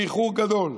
באיחור גדול,